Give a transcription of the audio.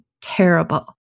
terrible